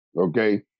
Okay